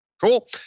Cool